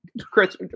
Chris